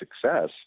success